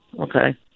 Okay